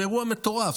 זה אירוע מטורף,